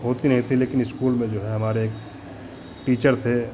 होती नहीं थी लेकिन स्कूल में जो है हमारे एक टीचर थे